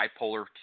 bipolar